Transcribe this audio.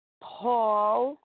Paul